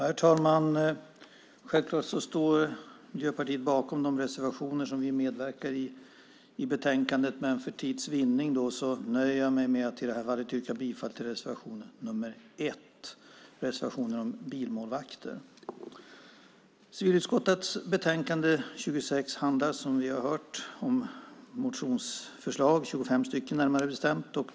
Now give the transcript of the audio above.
Herr talman! Självklart står Miljöpartiet bakom de reservationer som vi har medverkat till i betänkandet, men för tids vinnande nöjer jag mig med att i det här fallet yrka bifall till reservation nr 1, om bilmålvakter. Civilutskottets betänkande 26 handlar som vi har hört om motionsförslag, 25 stycken närmare bestämt.